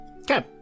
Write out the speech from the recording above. Okay